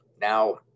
Now